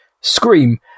scream